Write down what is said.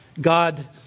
God